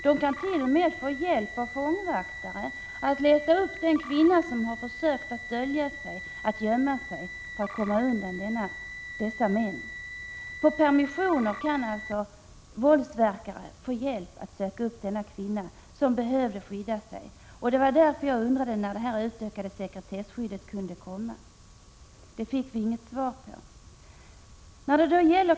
De kan t.o.m. få hjälp av fångvaktare att leta upp de kvinnor som försökt gömma sig för att komma undan dessa män. På permissionen kan alltså en våldsverkare få hjälp att söka upp en kvinna som behöver hjälp för att skydda sig. Därför undrade jag när det utökade sekretesskyddet kunde komma. Det fick jag inget svar på.